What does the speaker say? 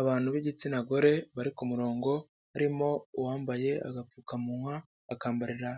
Abantu b'igitsina gore bari ku murongo harimo uwambaye agapfukamunwa akambarira